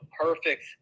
perfect